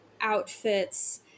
outfits